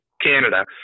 Canada